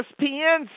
ESPN